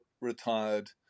retired